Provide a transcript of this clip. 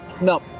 no